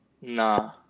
Nah